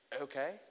okay